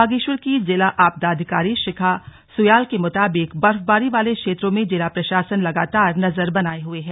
बागेश्वर की जिला आपदा अधिकारी शिखा सुयाल के मुताबिक बर्फबारी वाले क्षेत्रों में जिला प्रशासन लगातार नजर बनाये हुए है